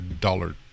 Dollar